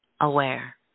aware